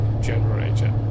generator